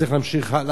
ושלושה יישובים,